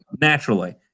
naturally